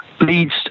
Leads